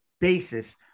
basis